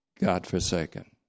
God-forsaken